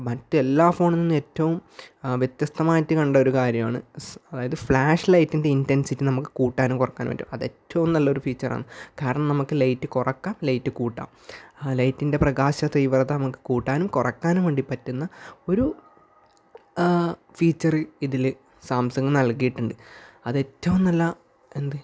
മറ്റെല്ലാ ഫോണിൽ നിന്നും ഏറ്റവും വ്യത്യസ്തമായിട്ട് കണ്ട ഒരു കാര്യമാണ് അതായത് ഫ്ലാഷ് ലൈറ്റിൻ്റെ ഇൻ്റൻസിറ്റി നമുക്ക് കൂട്ടാനും കുറക്കാനും പറ്റും അത് ഏറ്റവും നല്ല ഒരു ഫീച്ചറാണ് കാരണം നമുക്ക് ലൈറ്റ് കുറക്കാം ലൈറ്റ് കൂട്ടാം ആ ലൈറ്റിൻ്റെ പ്രകാശ തീവ്രത നമുക്ക് കൂട്ടാനും കുറയ്ക്കാനും വേണ്ടി പറ്റുന്ന ഒരു ഫീച്ചറ് ഇതിലെ സാംസങ് നൽകിയിട്ടുണ്ട് അത് ഏറ്റവും നല്ല എന്തേ